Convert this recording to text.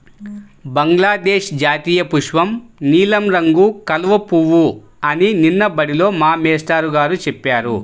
బంగ్లాదేశ్ జాతీయపుష్పం నీలం రంగు కలువ పువ్వు అని నిన్న బడిలో మా మేష్టారు గారు చెప్పారు